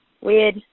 Weird